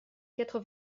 quatre